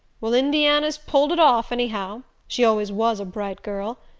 well, indiana's pulled it off, anyhow she always was a bright girl.